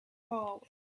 forward